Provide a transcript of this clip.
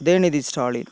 Udhayanidhi Stalin